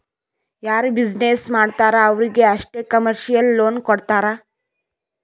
ಯಾರು ಬಿಸಿನ್ನೆಸ್ ಮಾಡ್ತಾರ್ ಅವ್ರಿಗ ಅಷ್ಟೇ ಕಮರ್ಶಿಯಲ್ ಲೋನ್ ಕೊಡ್ತಾರ್